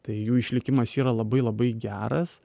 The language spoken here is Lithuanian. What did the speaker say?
tai jų išlikimas yra labai labai geras